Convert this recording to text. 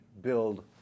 build